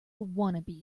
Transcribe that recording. wannabe